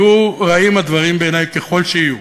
יהיו רעים הדברים בעיני ככל שיהיו,